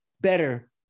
better